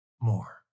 more